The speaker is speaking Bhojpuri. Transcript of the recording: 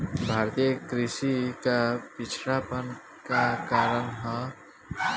भारतीय कृषि क पिछड़ापन क कारण का ह?